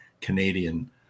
Canadian